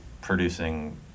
producing